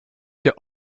der